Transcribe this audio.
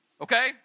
okay